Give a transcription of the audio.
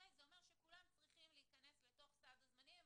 זה אומר שכולם צריכים להיכנס לתוך סד הזמנים אם